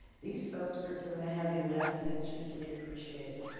these folks are doing a heavy lift and it's hugely appreciated.